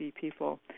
people